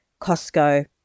Costco